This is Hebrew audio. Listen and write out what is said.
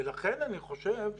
ולכן אני חושב שבחקלאות,